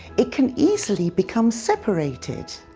it can easily become separated.